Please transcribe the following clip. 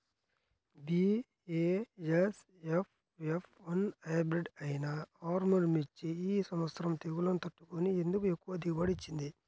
BASF F one hybrid అయినా ఆర్ముర్ మిర్చి ఈ సంవత్సరం తెగుళ్లును తట్టుకొని ఎందుకు ఎక్కువ దిగుబడి ఇచ్చింది?